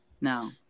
No